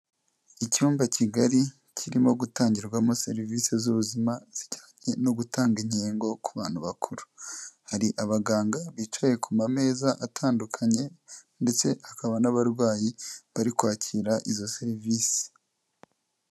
Icyumba kigari kirimo gutangirwamo serivise z'ubuzima zijyanye no gutanga inkingo ku bantu bakuru. Hari abaganga bicaye ku mameza atandukanye ndetse hakaba n'abarwayi bari kwakira izo serivisi.